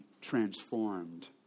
transformed